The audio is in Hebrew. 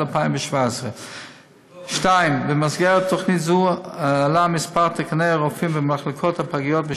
2017. במסגרת תוכנית זו עלה מספר תקני הרופאים בפגיות.